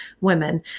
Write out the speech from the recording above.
women